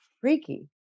freaky